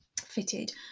fitted